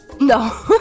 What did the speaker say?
No